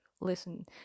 listen